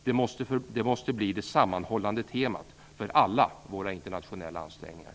Det måste bli det sammanhållande temat för alla våra internationella ansträngningar.